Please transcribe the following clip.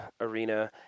arena